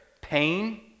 pain